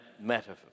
metaphor